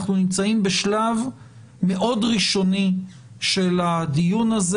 אנחנו נמצאים בשלב מאוד ראשוני של הדיון הזה.